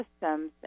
systems